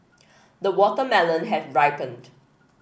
the watermelon has ripened